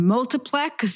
Multiplex